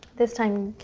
this time,